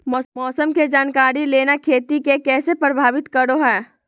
मौसम के जानकारी लेना खेती के कैसे प्रभावित करो है?